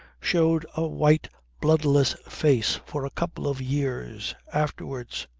showed a white bloodless face for a couple of years afterwards,